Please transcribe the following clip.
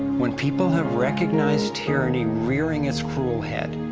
when people have recognized tyranny, rearing its cruel head,